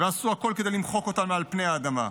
ועשו הכול כדי למחוק אותה מעל פני האדמה,